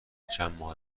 چندماه